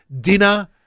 Dinner